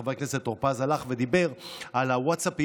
חבר כנסת טור פז הלך ודיבר על הווטסאפים